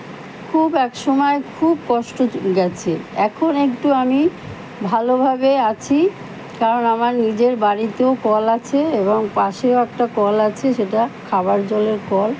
খুব এক সময় খুব কষ্ট গেছে এখন একটু আমি ভালোভাবে আছি কারণ আমার নিজের বাড়িতেও কল আছে এবং পাশেও একটা কল আছে সেটা খাবার জলের কল